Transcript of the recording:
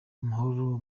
amahoro